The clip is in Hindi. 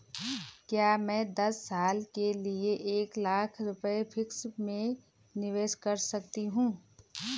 क्या मैं दस साल के लिए एक लाख रुपये फिक्स में निवेश कर सकती हूँ?